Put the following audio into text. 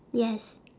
yes